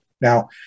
Now